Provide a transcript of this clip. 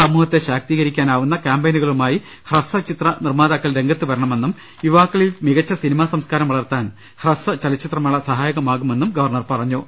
സമൂഹത്തെ ശാക്തീകരിക്കാനാവുന്ന കാമ്പയിനുകളുമായി ഹ്രസ്വചിത്ര നിർമ്മാതാക്കൾ രംഗത്തു വരണമെന്നും യുവാക്കളിൽ മികച്ച സിനിമാ സംസ്കാരം വളർത്താൻ ഹ്രസ്വചലച്ചിത്രമേള സഹായകമാകുമെന്നും ഗവർണർ പറഞ്ഞു